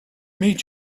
meet